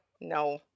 No